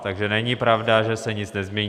Takže není pravda, že se nic nezmění.